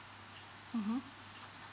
mmhmm